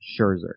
Scherzer